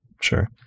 Sure